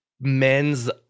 men's